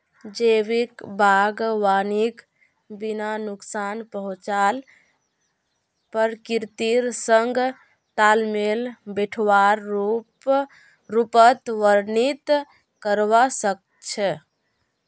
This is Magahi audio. जैविक बागवानीक बिना नुकसान पहुंचाल प्रकृतिर संग तालमेल बिठव्वार रूपत वर्णित करवा स ख छ